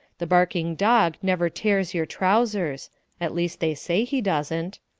the barking dog never tears your trousers at least they say he doesn't.